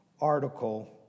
article